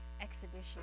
exhibition